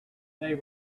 they